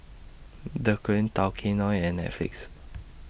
Dequadin Tao Kae Noi and Netflix